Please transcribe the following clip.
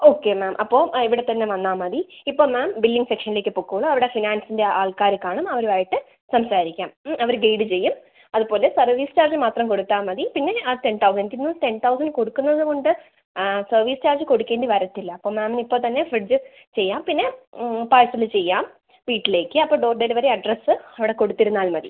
okay ma'am അപ്പോൾ ആ ഇവിടെ തന്നെ വന്നാൽ മതി ഇപ്പം മാം ബില്ലിംഗ് സെക്ഷനിലേക്ക് പൊക്കോളൂ അവിടെ ഫിനാൻസിൻ്റെ ആൾക്കാർ കാണും അവരുമായിട്ട് സംസാരിക്കാം അവർ ഗൈഡ് ചെയ്യും അത് പോലെ സർവീസ് ചാർജ് മാത്രം കൊടുത്താൽ മതി പിന്നെ ആ ടെൻ തൗസൻഡ് പിന്നെ ഒരു ടെൻ തൗസൻഡ് കൊടുക്കുന്നത് കൊണ്ട് ആ സർവീസ് ചാർജ് കൊടുക്കേണ്ടി വരില്ല അപ്പം മാമിന് ഇപ്പം തന്നെ ഫ്രിഡ്ജ് ചെയ്യാം പിന്നെ പാർസല് ചെയ്യാം വീട്ടിലേക്ക് അപ്പോൾ ഡോർ ഡെലിവറി അഡ്രസ്സ് അവിടെ കൊടുത്തിരുന്നാൽ മതി